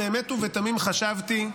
באמת ובתמים חשבתי,